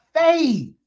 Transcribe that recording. faith